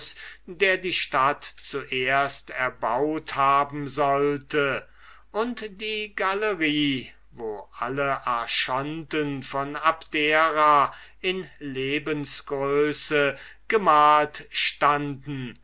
der die stadt zuerst erbaut haben sollte und die gallerie wo alle archonten von abdera in lebensgröße gemalt stunden